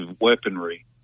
weaponry